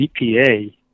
EPA